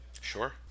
Sure